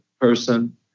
person